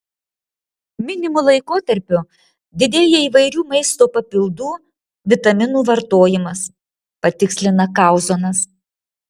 minimu laikotarpiu didėja įvairių maisto papildų vitaminų vartojimas patikslina kauzonas